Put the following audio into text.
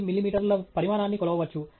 1 మిల్లీమీటర్ల పరిమాణాన్ని కొలవవచ్చు